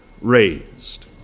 raised